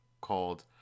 called